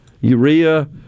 Urea